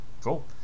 Cool